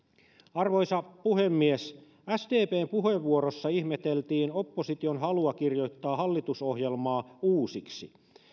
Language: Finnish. arvoisa puhemies sdpn puheenvuorossa ihmeteltiin opposition halua kirjoittaa hallitusohjelmaa uusiksi